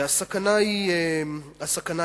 הסכנה היא כפולה.